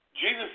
Jesus